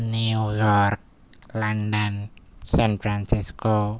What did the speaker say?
New York London San Francisco